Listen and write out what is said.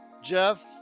Jeff